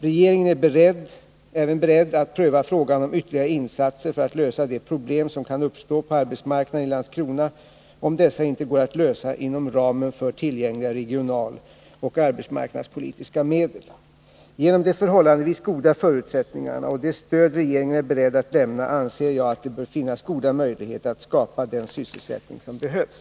Regeringen är även beredd att pröva frågan om ytterligare insatser för att lösa de problem som kan uppstå på arbetsmarknaden i Landskrona, om dessa inte går att lösa inom ramen för tillgängliga regionaloch arbetsmarknadspolitiska medel. Genom de förhållandevis goda förutsättningarna och det stöd regeringen är beredd att lämna anser jag att det bör finnas goda möjligheter att skapa den sysselsättning som behövs.